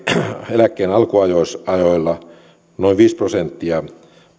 eläkkeen alkuajoilla alkuajoilla noin viisi prosenttia